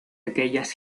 aquellas